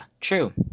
true